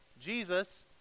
Jesus